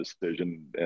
decision